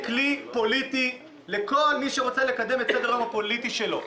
כלי פוליטי לכל מי שרוצה לקדם את סדר היום הפוליטי שלו.